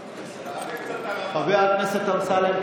חבר הכנסת אמסלם,